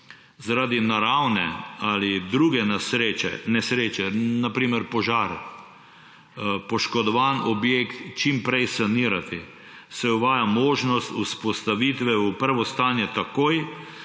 zaradi naravne ali druge nesreče, na primer požara, poškodovani objekt čim prej sanirati, se uvaja možnost vzpostavitve v prvo stanje takoj